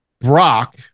Brock